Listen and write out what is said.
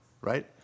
right